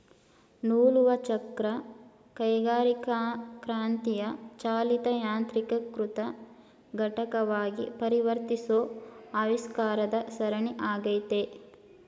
ನೂಲುವಚಕ್ರ ಕೈಗಾರಿಕಾಕ್ರಾಂತಿಯ ಚಾಲಿತ ಯಾಂತ್ರೀಕೃತ ಘಟಕವಾಗಿ ಪರಿವರ್ತಿಸೋ ಆವಿಷ್ಕಾರದ ಸರಣಿ ಆಗೈತೆ